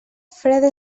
freda